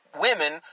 women